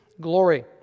glory